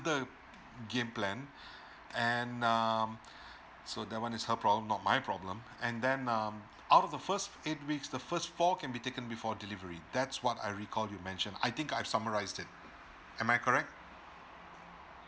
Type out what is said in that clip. the game plan and um so that one is her problem not my problem and then um out of the first eight weeks the first four can be taken before delivery that's what I recall you mentioned I think I've summarised it am I correct